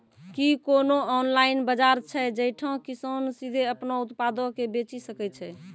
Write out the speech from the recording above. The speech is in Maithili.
कि कोनो ऑनलाइन बजार छै जैठां किसान सीधे अपनो उत्पादो के बेची सकै छै?